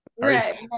Right